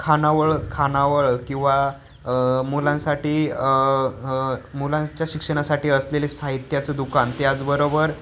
खानावळ खानावळ किंवा मुलांसाठी मुलांच्या शिक्षणासाठी असलेले साहित्याचं दुकान त्याचबरोबर